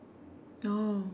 oh